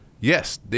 Yes